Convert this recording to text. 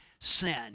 sin